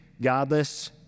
godless